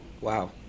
Wow